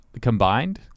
combined